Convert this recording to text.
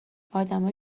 ادمایی